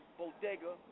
bodega